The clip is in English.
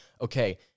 okay